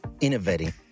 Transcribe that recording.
innovating